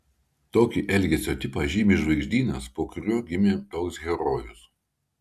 tokį elgesio tipą žymi žvaigždynas po kuriuo gimė toks herojus